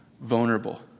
vulnerable